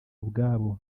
ubwabo